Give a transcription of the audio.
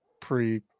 pre